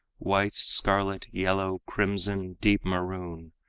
white, scarlet, yellow, crimson, deep maroon,